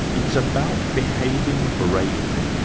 it's about behaving bravely,